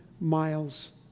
miles